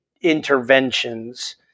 interventions